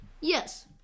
Yes